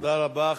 תודה רבה.